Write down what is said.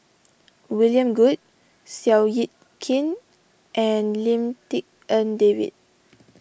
William Goode Seow Yit Kin and Lim Tik En David